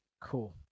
Cool